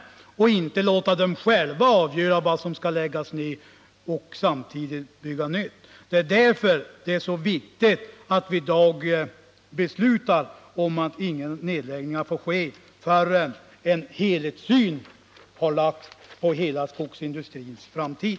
Man får inte låta skogsindustrierna själva avgöra vad som skall läggas ned och samtidigt bygga nytt. Därför är det så viktigt att vi i dag beslutar om att inga nedläggningar får ske förrän en helhetssyn har lagts på hela skogsindustrins framtid.